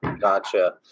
Gotcha